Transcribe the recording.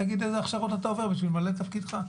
תגיד איזה הכשרות אתה עובר בשביל למלא את תפקידך,